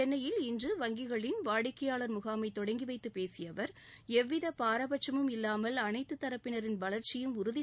சென்னையில் இன்று வங்கிகளின் வாடிக்கையாளர் முகாமை தொடங்கி வைத்துப் பேசிய அவர் எவ்வித பாரபட்சமும் இல்லாமல் அனைத்து தரப்பினரின் வளர்ச்சியும் உறுதி செய்யப்படும் என்றார்